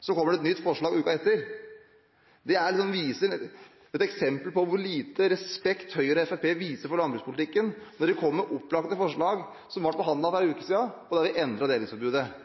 Så kommer det et nytt forslag uken etter. Det er et eksempel som viser hvor liten respekt Høyre og Fremskrittspartiet viser for landbrukspolitikken. Dere kommer med opplagte forslag som ble behandlet i forrige uke, der vi endret delingsforbudet.